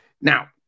Now